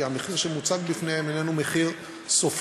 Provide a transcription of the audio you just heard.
כי המחיר המוצג בפניהם אינו סופי,